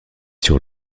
sur